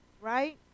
right